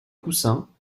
coussins